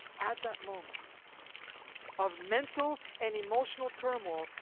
at that moment of mental and emotional turmoil,